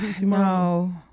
No